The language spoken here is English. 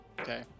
Okay